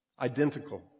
Identical